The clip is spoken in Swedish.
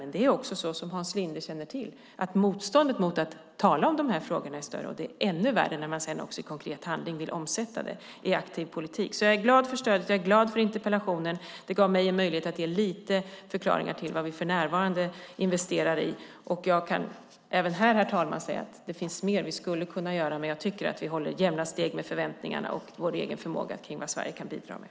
Men det är som Hans Linde känner till, nämligen att motståndet mot att tala om dessa frågor är större. Det är ännu värre när man i konkret handling vill omsätta dessa frågor med hjälp av aktiv politik. Jag är glad för stödet, och jag är glad för interpellationen. Den har gett mig möjlighet att ge några förklaringar till vad vi för närvarande investerar i. Jag kan även här, herr talman, säga att det finns mer vi skulle kunna göra, men jag tycker att vi håller jämna steg med förväntningarna och vår egen förmåga med vad Sverige kan bidra med.